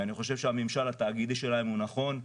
אני חושב שהממשל התאגידי שלהן הוא נכון,